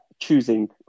choosing